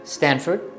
Stanford